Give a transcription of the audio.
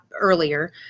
earlier